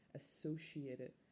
associated